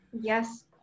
Yes